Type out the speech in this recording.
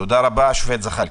תודה רבה, השופט זחלקה.